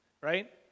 right